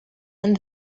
and